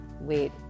Wait